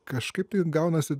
kažkaip tai gaunasi